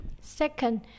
second